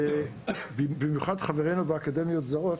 במיוחד חברינו באקדמיות זרות,